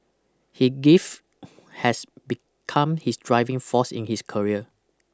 he grief has become his driving force in his career